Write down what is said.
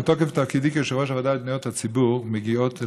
מתוקף תפקידי כיושב-ראש הוועדה לפניות הציבור מגיעות אל